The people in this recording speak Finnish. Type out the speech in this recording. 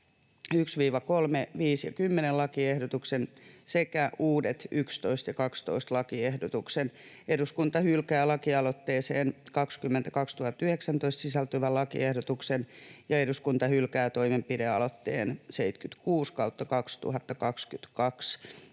1—3, 5 ja 10 lakiehdotuksen sekä uudet 11 ja 12 lakiehdotuksen, eduskunta hylkää lakialoitteeseen 20/2019 sisältyvän lakiehdotuksen ja eduskunta hylkää toimenpidealoitteen 76/2022.